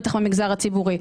בטח במגזר הציבורי.